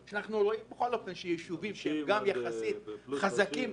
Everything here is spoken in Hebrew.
אנחנו רואים יישובים שהם יחסית חזקים